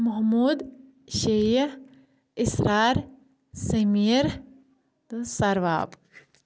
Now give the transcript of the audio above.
موٚحموٗد شیٚیہِ اِسرار سمیٖر تہٕ سَرواب